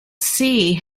see